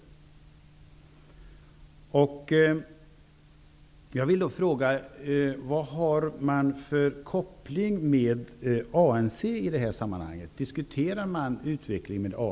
Jag vill fråga vilken kontakt med ANC man har i detta sammanhang. Diskuterar man utvecklingen med ANC?